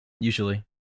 usually